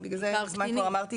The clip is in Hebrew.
בגלל זה אמרתי,